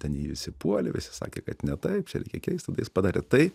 ten jį visi puolė visi sakė kad ne taip čia reikia keist tada jis padarė tai